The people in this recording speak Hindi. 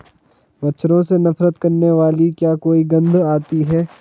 मच्छरों से नफरत करने वाली क्या कोई गंध आती है?